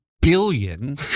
billion